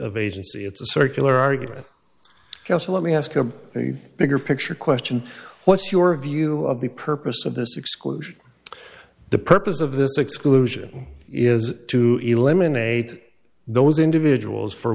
of agency it's a circular argument just let me ask a bigger picture question what's your view of the purpose of this exclusion the purpose of this exclusion is to eliminate those individuals for